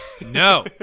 no